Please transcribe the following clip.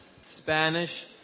Spanish